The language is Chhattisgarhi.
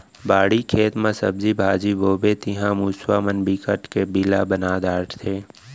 बाड़ी, खेत म सब्जी भाजी बोबे तिंहा मूसवा मन बिकट के बिला बना डारथे